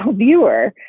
viewer.